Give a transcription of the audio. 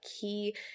key